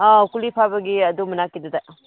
ꯑꯥꯎ ꯀꯨꯂꯤ ꯐꯥꯎꯕꯒꯤ ꯑꯗꯨ ꯃꯅꯥꯛꯀꯤꯗꯨꯗ